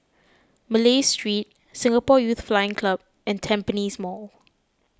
Malay Street Singapore Youth Flying Club and Tampines Mall